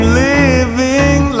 living